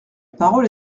parole